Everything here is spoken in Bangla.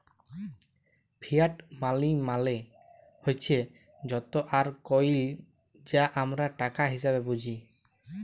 ফিয়াট মালি মালে হছে যত আর কইল যা আমরা টাকা হিসাঁবে বুঝি